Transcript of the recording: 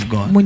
God